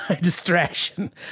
distraction